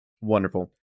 Wonderful